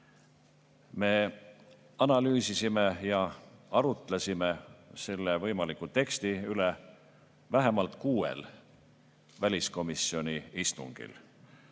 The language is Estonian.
Me analüüsisime ja arutlesime selle võimaliku teksti üle vähemalt kuuel väliskomisjoni istungil.